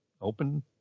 open